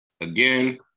again